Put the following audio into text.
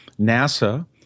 NASA